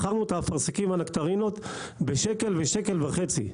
מכרנו את האפרסקים והנקטרינות בשקל ובשקל וחצי.